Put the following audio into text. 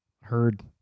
heard